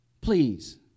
Please